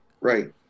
right